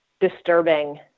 disturbing